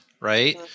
right